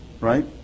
right